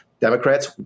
Democrats